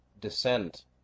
descent